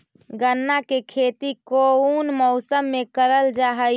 गन्ना के खेती कोउन मौसम मे करल जा हई?